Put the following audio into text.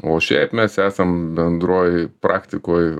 o šiaip mes esam bendroj praktikoj